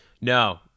No